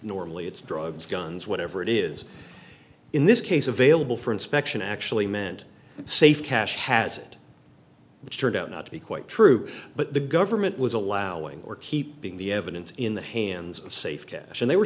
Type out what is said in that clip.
normally it's drugs guns whatever it is in this case available for inspection actually meant safe cash hasn't which turned out not to be quite true but the government was allowing or keep being the evidence in the hands of safe cash and they were